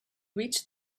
reached